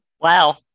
Wow